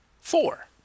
four